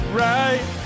right